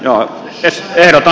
joo ehkäpä